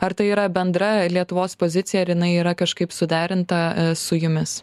ar tai yra bendra lietuvos pozicija ar jinai yra kažkaip suderinta su jumis